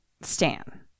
Stan